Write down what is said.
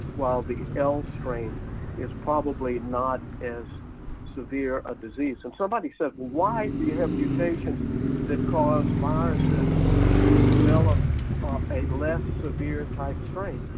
while the l-strain is probably not as severe a disease. and somebody says why do you have mutations that cause viruses to develop a less severe type strain,